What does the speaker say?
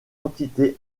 entités